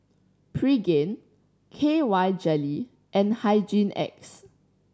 Pregain K Y Jelly and Hygin X